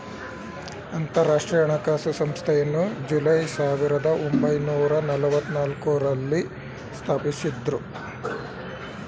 ಅಂತರಾಷ್ಟ್ರೀಯ ಹಣಕಾಸು ಸಂಸ್ಥೆಯನ್ನು ಜುಲೈ ಸಾವಿರದ ಒಂಬೈನೂರ ನಲ್ಲವತ್ತನಾಲ್ಕು ರಲ್ಲಿ ಸ್ಥಾಪಿಸಿದ್ದ್ರು